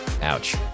Ouch